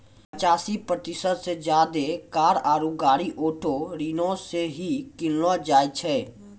पचासी प्रतिशत से ज्यादे कार आरु गाड़ी ऑटो ऋणो से ही किनलो जाय छै